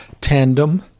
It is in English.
tandem